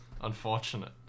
unfortunate